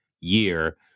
year